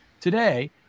Today